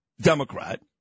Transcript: Democrat